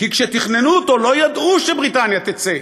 כי כשתכננו אותו לא ידעו שבריטניה תצא.